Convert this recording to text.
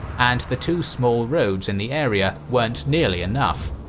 and the two small roads in the area weren't nearly enough.